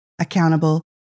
accountable